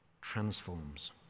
transforms